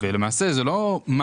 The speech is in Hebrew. אבל זה לא המותנה.